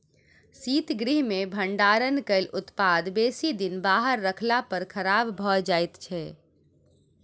शीतगृह मे भंडारण कयल उत्पाद बेसी दिन बाहर रखला पर खराब भ जाइत छै